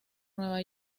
nueva